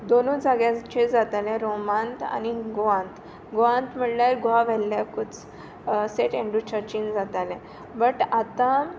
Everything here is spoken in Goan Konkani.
दोनू जाग्याचेर जातालें रोमांत आनी गोवांत गोवांत म्हणल्यार गोवा वेल्ल्याकूच सेट एण्ड्रू चर्चीन जातालें बट आतां